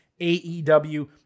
AEW